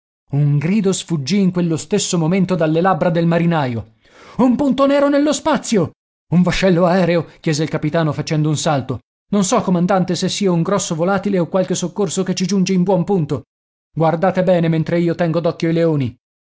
un grido sfuggì in quello stesso momento dalle labbra del marinaio un punto nero nello spazio un vascello aereo chiese il capitano facendo un salto non so comandante se sia un grosso volatile o qualche soccorso che ci giunge in buon punto guardate bene mentre io tengo d'occhio i leoni